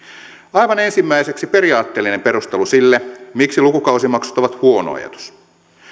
aivan ensimmäiseksi periaatteellinen perustelu sille miksi lukukausimaksut ovat huono ajatus